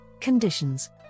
conditions